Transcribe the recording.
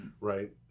Right